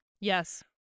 Yes